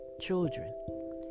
children